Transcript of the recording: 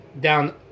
down